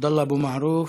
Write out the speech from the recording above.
עבדאללה אבו מערוף,